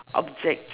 object